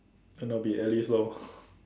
cannot be airlift lor